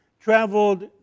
traveled